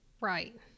Right